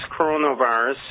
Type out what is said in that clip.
coronavirus